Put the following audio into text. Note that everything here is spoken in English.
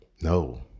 No